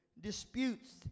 disputes